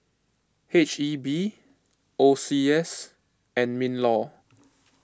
H E B O C S and MinLaw